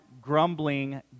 grumbling